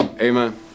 Amen